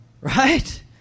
Right